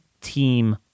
team